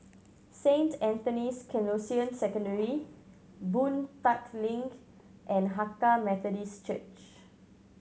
Saint Anthony's Canossian Secondary Boon Tat Link and Hakka Methodist Church